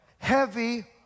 Heavy